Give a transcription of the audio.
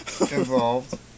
involved